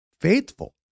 faithful